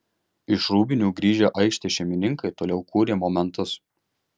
iš rūbinių grįžę aikštės šeimininkai toliau kūrė momentus